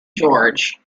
george